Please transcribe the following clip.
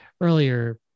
earlier